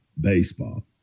baseball